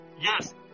Yes